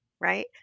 right